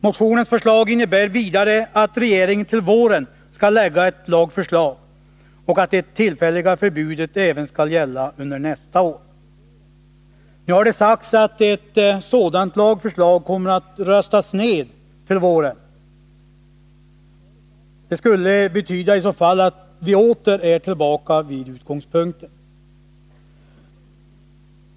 Motionens förslag innebär vidare att regeringen till våren skall lägga fram ett lagförslag och att det tillfälliga förbudet skall gälla även under nästa år. Nu har det sagts att ett sådant lagförslag kommer att röstas ned till våren. Det skulle i så fall betyda att vi åter är tillbaka vid utgångspunkten.